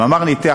המאמר ניתח,